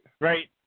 Right